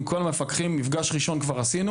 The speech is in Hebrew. עם כל המפקחים מפגש ראשון כבר עשינו